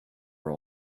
were